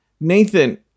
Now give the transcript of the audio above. Nathan